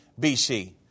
BC